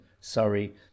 Sorry